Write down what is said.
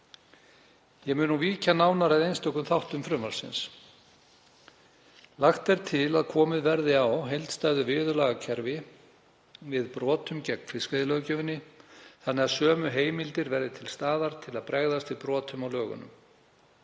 Ég mun nú víkja nánar að einstökum þáttum frumvarpsins. Lagt er til að komið verði á heildstæðu viðurlagakerfi við brotum gegn fiskveiðilöggjöfinni þannig að sömu heimildir verði til staðar til að bregðast við brotum á lögunum.